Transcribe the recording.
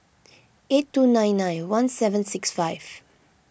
eight two nine nine one seven six five